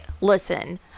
Listen